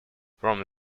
from